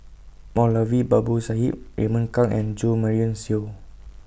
Moulavi Babu Sahib Raymond Kang and Jo Marion Seow